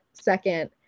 second